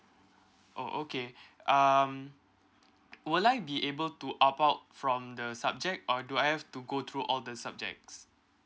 oh okay um would I be able to opt out from the subject or do I have to go through all the subjects